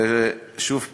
שוב פעם,